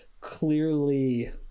Clearly